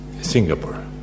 Singapore